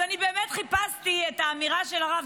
אז אני באמת חיפשתי את האמירה של הרב